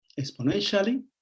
exponentially